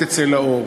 איזה אינטרסים?